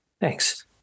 Thanks